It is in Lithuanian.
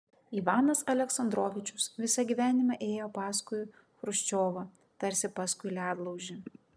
ivanas aleksandrovičius visą gyvenimą ėjo paskui chruščiovą tarsi paskui ledlaužį